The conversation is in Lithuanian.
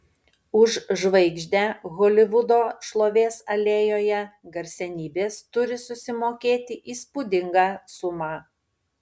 už žvaigždę holivudo šlovės alėjoje garsenybės turi susimokėti įspūdingą sumą